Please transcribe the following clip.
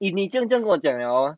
if 你这样这样跟我讲 liao hor